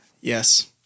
Yes